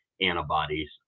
antibodies